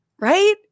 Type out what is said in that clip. right